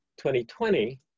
2020